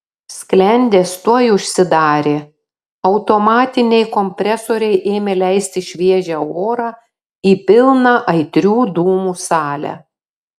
sklendės tuoj užsidarė automatiniai kompresoriai ėmė leisti šviežią orą į pilną aitrių dūmų salę